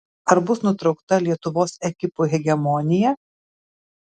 ar bus nutraukta lietuvos ekipų hegemonija